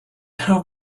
how